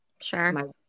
Sure